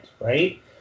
right